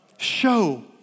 Show